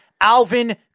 Alvin